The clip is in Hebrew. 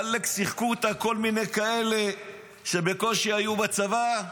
עאלק, שיחקו אותה כל מיני כאלה שבקושי היו בצבא: